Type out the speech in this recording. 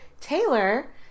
Taylor